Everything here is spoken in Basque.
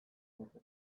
nuke